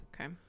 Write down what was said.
Okay